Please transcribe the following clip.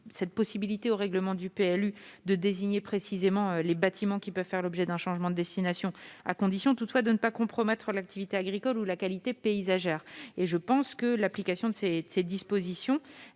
dans le règlement du PLU la mention précise des bâtiments qui peuvent faire l'objet d'un changement de destination, à condition toutefois de ne pas compromettre l'activité agricole ou la qualité paysagère. Cela n'a rien à voir ! L'application de cette disposition